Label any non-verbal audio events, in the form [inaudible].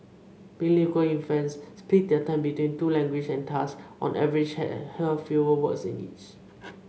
bilingual infants split their time between two languages and thus on average [unintelligible] hear fewer words in each